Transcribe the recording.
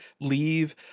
leave